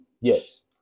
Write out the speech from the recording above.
Yes